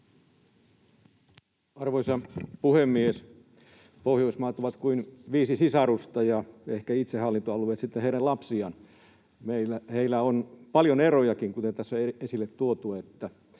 Arvoisa puhemies! Pohjoismaat ovat kuin viisi sisarusta ja ehkä itsehallintoalueet sitten heidän lapsiaan. Heillä on paljon erojakin, kuten tässä on esille tuotu: